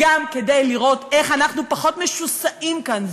וגם כדי לראות איך אנחנו פחות משוסעים כאן.